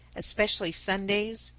especially sundays,